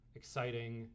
exciting